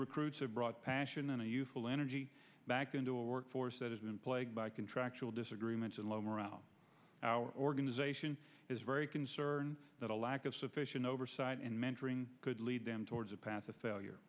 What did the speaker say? recruits have brought passion and a youthful energy back into a work force that has been plagued by contractual disagreements and low morale our organization is very concerned that a lack of sufficient oversight and mentoring could lead them towards a path to failure